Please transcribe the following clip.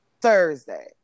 Thursday